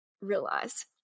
realize